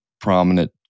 prominent